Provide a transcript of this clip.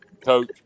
Coach